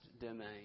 domain